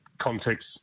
context